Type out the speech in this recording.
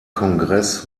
kongress